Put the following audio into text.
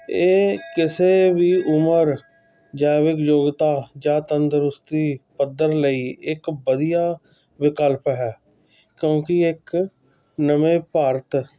ਇਹ ਕਿਸੇ ਵੀ ਉਮਰ ਜੈਵਿਕ ਯੋਗਤਾ ਜਾਂ ਤੰਦਰੁਸਤੀ ਪੱਧਰ ਲਈ ਇੱਕ ਵਧੀਆ ਵਿਕਲਪ ਹੈ ਕਿਉਂਕਿ ਇੱਕ ਨਵੇਂ ਭਾਰਤ